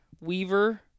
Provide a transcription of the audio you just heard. Weaver